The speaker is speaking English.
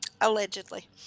Allegedly